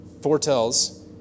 foretells